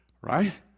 Right